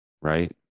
right